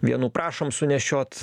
vienų prašom sunešiot